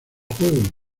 juegos